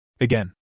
Again